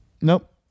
Nope